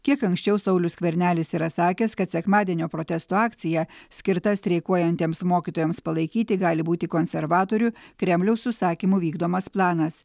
kiek anksčiau saulius skvernelis yra sakęs kad sekmadienio protesto akcija skirta streikuojantiems mokytojams palaikyti gali būti konservatorių kremliaus užsakymu vykdomas planas